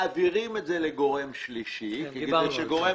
מעבירים את זה לגורם שלישי כדי שגורם